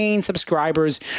Subscribers